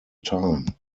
time